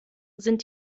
sind